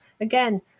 again